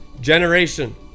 generation